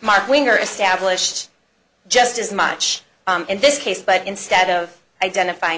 mark winger established just as much in this case but instead of identify